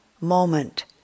moment